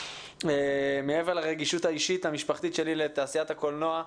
מעבר לרגישות האישית המשפחתית שלי לתעשיית הקולנוע,